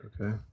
Okay